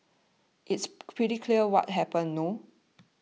it's pretty clear what happened no